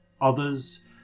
others